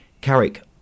Carrick